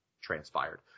transpired